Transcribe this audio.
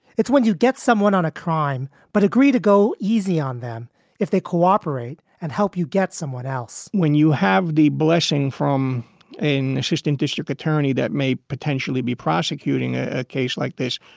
it's when you get someone on a crime but agree to go easy on them if they cooperate and help you get someone else when you have the blessing from an assistant district attorney that may potentially be prosecuting a case like this,